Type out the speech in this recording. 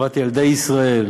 לטובת ילדי ישראל,